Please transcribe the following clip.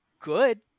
good